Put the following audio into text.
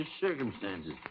circumstances